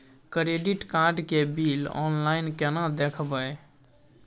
Credit card के bill online केना देखबय?